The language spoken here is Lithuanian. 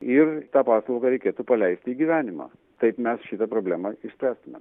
ir tą paslau reikėtų paleisti į gyvenimą taip mes šitą problemą išspręstumėm